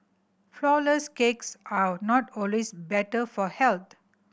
flourless cakes are not always better for health